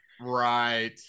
right